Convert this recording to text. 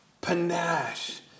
panache